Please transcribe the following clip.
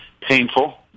painful